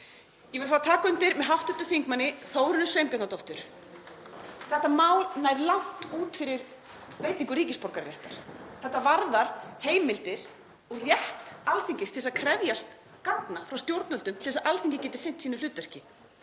Ég vil fá að taka undir með hv. þm. Þórunni Sveinbjarnardóttur. Þetta mál nær langt út fyrir veitingu ríkisborgararéttar. Þetta varðar heimildir og rétt Alþingis til að krefjast gagna frá stjórnvöldum til að Alþingi geti sinnt sínu hlutverki.